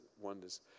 wonders